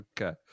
Okay